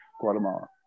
guatemala